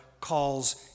calls